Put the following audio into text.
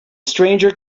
stranger